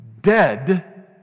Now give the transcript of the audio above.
dead